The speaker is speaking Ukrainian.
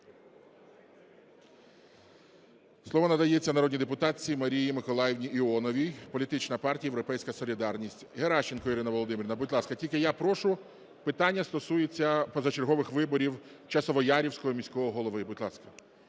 Слово надається народній депутатці Марії Миколаївні Іоновій, політична партія "Європейська солідарність". Геращенко Ірина Володимирівна, будь ласка. Тільки я прошу, питання стосується позачергових виборів Часовоярського міського голови. Будь ласка.